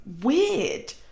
weird